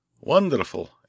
Wonderful